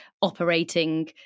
operating